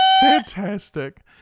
fantastic